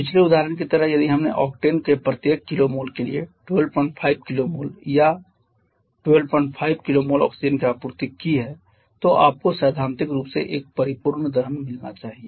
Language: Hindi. पिछले उदाहरण की तरह यदि हमने ऑक्टेन के प्रत्येक kmol के लिए 125 kmol या बल्कि 125 kmol ऑक्सीजन की आपूर्ति की है तो आपको सैद्धांतिक रूप से एक परिपूर्ण दहन मिलना चाहिए